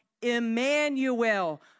Emmanuel